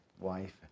wife